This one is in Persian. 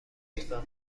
لطفا